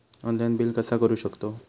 Online bill कसा करु शकतव?